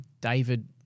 David